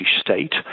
state